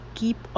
keep